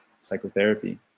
psychotherapy